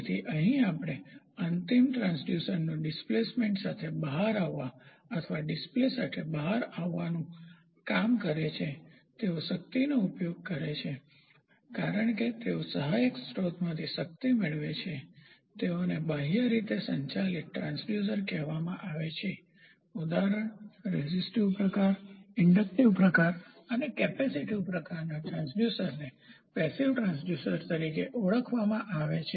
તેથી અહીં આપણે અંતિમ ટ્રાંસ્ડ્યુસરનુ ડિસ્પ્લેસમેન્ટ સાથે બહાર આવવા અથવા ડિસ્પ્લે સાથે બહાર આવવાનું કામ છે તેઓ શક્તિનો ઉપયોગ કરે છે કારણ કે તેઓ સહાયક સ્રોતમાંથી શક્તિ મેળવે છે તેઓને બાહ્ય રીતે સંચાલિત ટ્રાંસડ્યુસર કહેવામાં આવે છે ઉદાહરણ રેઝીસ્ટીવ પ્રકાર ઈન્ડકટીવ પ્રકાર અને કેપેસિટીવ પ્રકારનાં ટ્રાંસડ્યુસર્સને પેસીવનિષ્ક્રિય ટ્રાંસડ્યુસર તરીકે ઓળખવામાં આવે છે